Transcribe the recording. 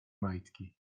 majtki